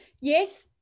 Yes